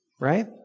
right